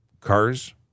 cars